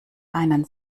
einen